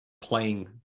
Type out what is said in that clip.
playing